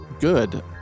good